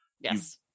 yes